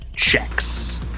Checks